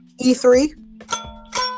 E3